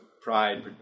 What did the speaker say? pride